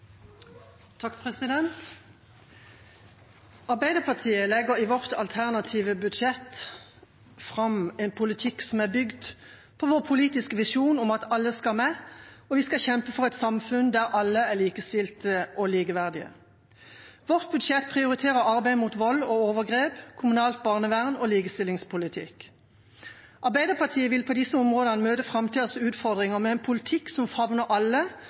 bygd på vår politiske visjon om at alle skal med, og vi skal kjempe for et samfunn der alle er likestilte og likeverdige. Vårt budsjett prioriterer arbeid mot vold og overgrep, kommunalt barnevern og likestillingspolitikk. Arbeiderpartiet vil på disse områdene møte framtidas utfordringer med en politikk som favner alle,